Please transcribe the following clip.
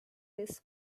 this